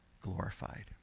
glorified